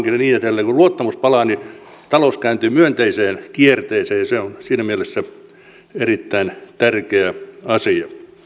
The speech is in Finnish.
kun luottamus palaa niin talous kääntyy myönteiseen kierteeseen ja se on siinä mielessä erittäin tärkeä asia